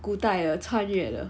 古代的穿越的